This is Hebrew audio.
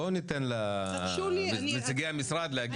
בואו ניתן לנציגי המשרד להציג את הצעת החוק.